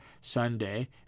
Sunday